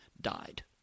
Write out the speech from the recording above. died